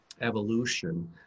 Evolution